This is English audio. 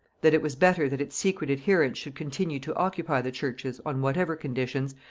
that it was better that its secret adherents should continue to occupy the churches, on whatever conditions,